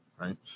right